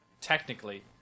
technically